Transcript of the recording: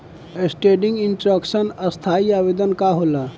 Standing instruction स्थाई आदेश का होला?